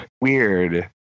weird